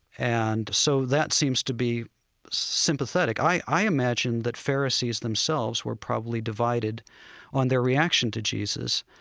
and so that seems to be sympathetic. i i imagine that pharisees themselves were probably divided on their reaction to jesus.